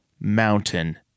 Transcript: mountain